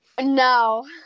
No